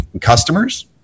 customers